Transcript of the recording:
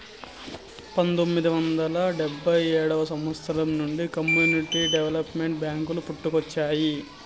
పంతొమ్మిది వందల డెబ్భై ఏడవ సంవచ్చరం నుండి కమ్యూనిటీ డెవలప్మెంట్ బ్యేంకులు పుట్టుకొచ్చినాయి